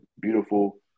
beautiful